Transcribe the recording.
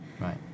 Right